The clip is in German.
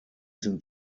sind